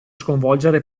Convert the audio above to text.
sconvolgere